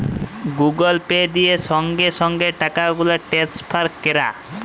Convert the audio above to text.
Google Pay দিয়ে সংগে সংগে টাকাগুলা টেলেসফার ক্যরা